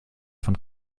von